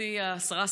גברתי השרה,